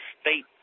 state